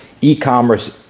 e-commerce